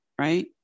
right